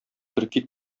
төрки